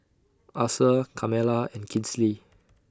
Asa Carmela and Kinsley